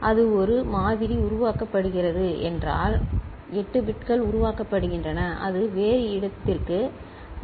எனவே அது ஒரு மாதிரி உருவாக்கப்படுகிறது என்றால் 8 பிட்கள் உருவாக்கப்படுகின்றன அது வேறு இடத்திற்கு அனுப்பப்பட வேண்டும்